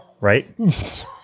Right